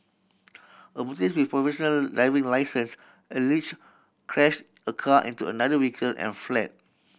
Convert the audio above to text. a motorist with a provisional driving licence allegedly crashed a car into another vehicle and fled